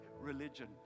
religion